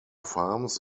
farms